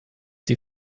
die